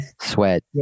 sweat